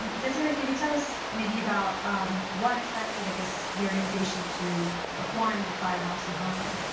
and desiree, can you tell us maybe about what attracted i guess the organization to acquiring the fire house in harlem?